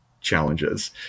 challenges